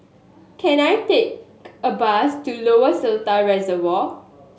can I take a bus to Lower Seletar Reservoir